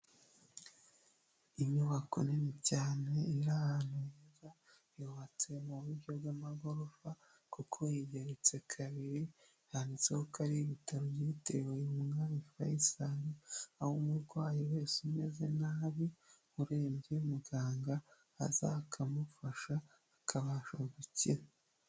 Inyubako nini cyane iri ahantu heza yubatse mu buryo bw'amagorofa kuko igeretse kabiri handitseho ko ari ibitaro byitiriwe umwami Fayisali aho umurwayi wese umeze nabi urembye muganga aza akamufasha akabasha gukira.